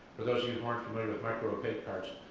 for those of you who aren't familiar with micro opaque carts,